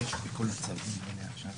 הישיבה ננעלה בשעה 10:00.